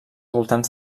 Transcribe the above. voltants